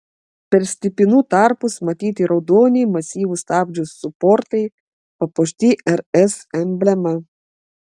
per stipinų tarpus matyti raudoni masyvūs stabdžių suportai papuošti rs emblema